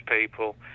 people